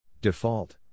Default